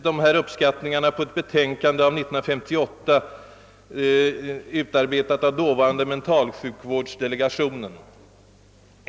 Dessa uppskattningar grundades på ett betänkande 1958 från den dåvarande mentalsjukvårdsdelegationen.